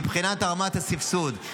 מבחינת רמת הסבסוד.